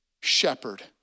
shepherd